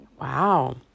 Wow